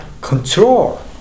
control